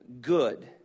good